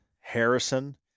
Harrison